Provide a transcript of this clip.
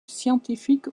scientifiques